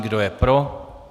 Kdo je pro?